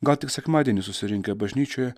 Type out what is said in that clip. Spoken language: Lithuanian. gal tik sekmadienį susirinkę bažnyčioje